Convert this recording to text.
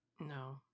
No